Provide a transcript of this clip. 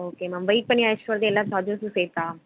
okay ma'am wait பண்ணி அழைச்சிட்டு வர்றது எல்லா சார்ஜஸ்சும் சேர்த்தா